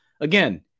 again